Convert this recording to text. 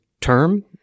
term